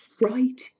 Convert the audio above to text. right